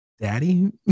daddy